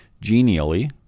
Genially